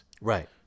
Right